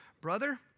brother